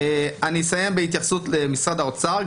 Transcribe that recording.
אני אסיים בהתייחסות למשרד האוצר.